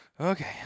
Okay